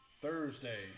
Thursday